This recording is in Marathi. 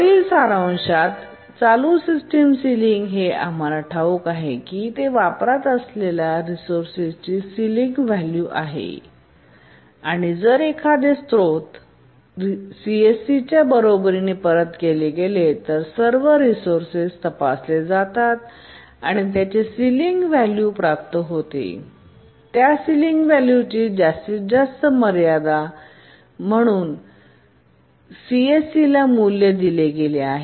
वरील सारांश चालू सिस्टम सिलिंग हे आम्हाला ठाऊक आहे की ते वापरात असलेल्या रिसोर्स ची सिलिंग व्हॅल्यू आहे आणि जर एखादे स्रोत सीएससीच्या बरोबरीने परत केले गेले तर सर्व रिसोर्सेस तपासले जातात त्यांचे सिलिंग व्हॅल्यू प्राप्त होते आणि त्या सिलिंग व्हॅल्यू ची जास्तीत जास्त मर्यादा मूल्य सीएससीला दिले गेले आहे